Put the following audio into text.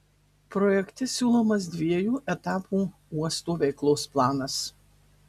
projekte siūlomas dviejų etapų uosto veiklos planas